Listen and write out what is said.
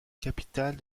capitale